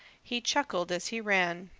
he chuckled as he ran.